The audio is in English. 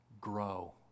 Grow